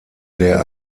der